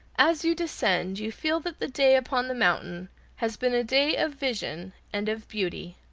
as you descend you feel that the day upon the mountain has been a day of vision and of beauty.